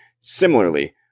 similarly